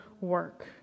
work